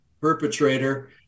perpetrator